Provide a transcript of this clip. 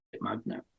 magnet